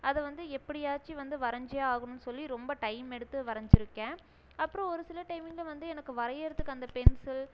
அதை வந்து எப்படியாச்சும் வந்து வரைஞ்சே ஆகணுன்னு சொல்லி ரொம்ப டைம் எடுத்து வரைஞ்சிருக்கேன் அப்புறம் ஒரு சில டைமிங்கில் வந்து எனக்கு வரைகிறதுக்கு அந்த பென்சில்